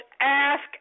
Ask